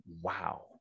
Wow